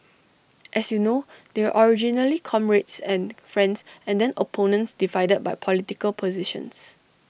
as you know they were originally comrades and friends and then opponents divided by political positions